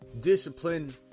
discipline